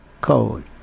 code